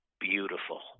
Beautiful